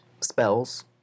spells